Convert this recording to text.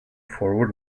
forward